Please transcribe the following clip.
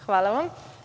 Hvala vam.